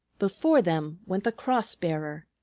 before them went the cross-bearer,